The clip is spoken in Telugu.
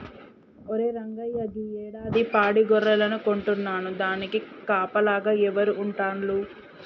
ఒరే రంగయ్య గీ యాడాది పాడి గొర్రెలను కొంటున్నాను దానికి కాపలాగా ఎవరు ఉంటాల్లు